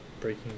Breaking